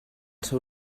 seu